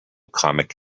comic